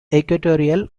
equatorial